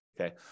Okay